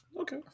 Okay